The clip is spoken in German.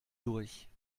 durch